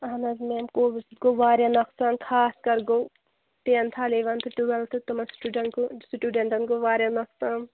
اہن حظ میم کوٚوِڈ سۭتۍ گوٚو واریاہ نۄقصان خاص کَرگوٚو ٹٮ۪نتھٕ اِلٮ۪وَنتھٕ ٹُوٮ۪لتھٕ تِمن سِٹُوڈنٹ گوٚو سِٹُوڈنٹن گوٚو واریاہ نۄقصان